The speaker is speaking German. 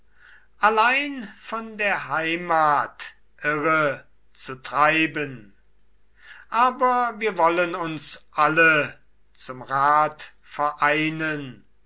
allein von der heimat irre zu treiben aber wir wollen uns alle zum rat vereinen